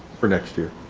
for next year,